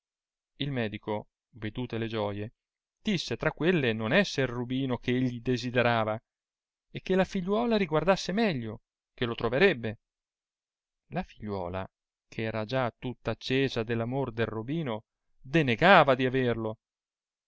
il medico vedute le gioie disse tra quelle non esser il rubino che egli desiderava e che la tìgliuola riguardasse meglio che lo troverebbe la figliuola che era già tutta accesa dell'amor del rohino denegava averlo